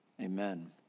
Amen